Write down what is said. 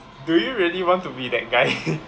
do you really want to be that guy